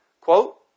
quote